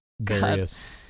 various